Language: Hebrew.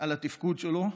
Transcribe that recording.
על התפקוד שלו.